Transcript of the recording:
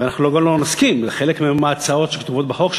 ואנחנו גם לא נסכים לחלק מההצעות שכתובות בחוק,